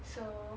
so